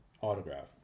autograph